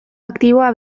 aktiboa